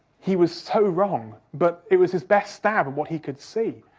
he was so wrong, but it was his best stab at what he could see.